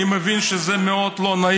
(חבר הכנסת מסעוד גנאים